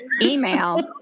email